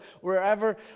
wherever